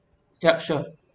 yup sure